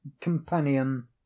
companion